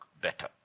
Better